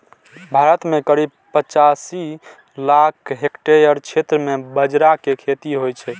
भारत मे करीब पचासी लाख हेक्टेयर क्षेत्र मे बाजरा के खेती होइ छै